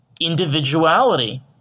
individuality